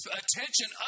attention